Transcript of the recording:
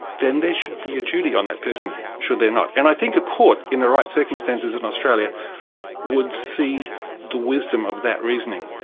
then there should be a duty on that person, should there not? and i think a court, in the right circumstances, in australia would see the wisdom of that reasoning.